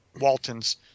Walton's